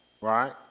Right